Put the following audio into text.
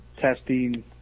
testing